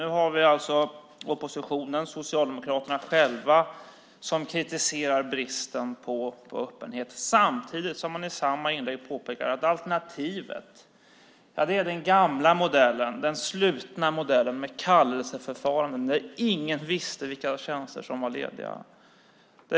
Nu är det alltså oppositionen, Socialdemokraterna själva, som kritiserar bristen på öppenhet, samtidigt som man i samma inlägg påpekar att alternativet är den gamla, slutna modellen med kallelseförfarande där ingen visste vilka tjänster som var lediga.